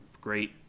great